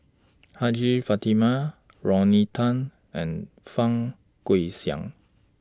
Hajjah Fatimah Rodney Tan and Fang Guixiang